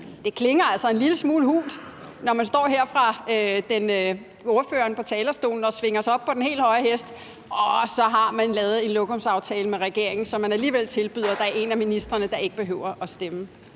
det klinger altså en lille smule hult, når ordføreren står her på talerstolen og svinger sig op på den helt høje hest, og så har man lavet en lokumsaftale med regeringen, hvor man alligevel tilbyder, at der er en af ministrene, der ikke behøver at stemme.